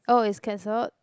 oh it's cancelled